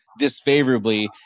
disfavorably